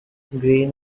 green